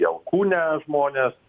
į alkūnę žmonės